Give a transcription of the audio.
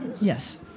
Yes